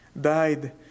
died